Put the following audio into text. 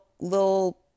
little